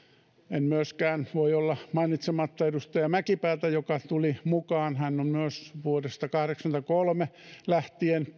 en myöskään voi olla mainitsematta edustaja mäkipäätä joka nyt tuli mukaan saliin hän on vuodesta kahdeksankymmentäkolme lähtien